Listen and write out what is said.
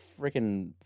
freaking